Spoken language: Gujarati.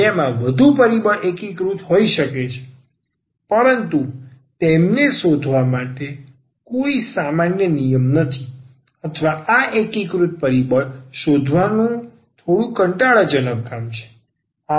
જેમાં વધુ પરિબળ એકીકૃત પરિબળો હોઈ શકે છે પરંતુ તેમને શોધવા માટે કોઈ સામાન્ય નિયમ નથી અથવા આ એકીકરણ પરિબળ શોધવાનું થોડું કંટાળાજનક કામ છે